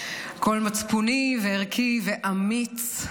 קול מצפוני וערכי ואמיץ,